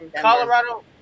Colorado